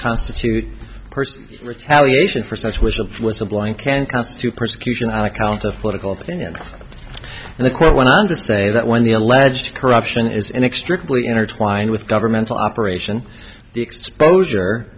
constitute person retaliation for such which was a blind can constitute persecution on account of political opinion and the court went on to say that when the alleged corruption is inextricably intertwined with governmental operation the exposure